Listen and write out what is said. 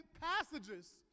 passages